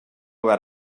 where